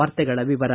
ವಾರ್ತೆಗಳ ವಿವರ